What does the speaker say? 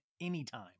anytime